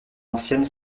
ancienne